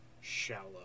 shallow